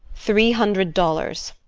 three hundred dollars.